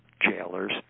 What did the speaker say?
jailers